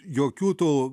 jokių tų